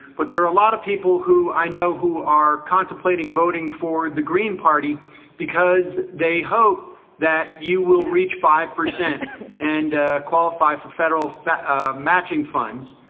but there are a lot of people who i know are kinda plating voting for the green party because they hope that you will reach five percent and qualify for federal matching funds.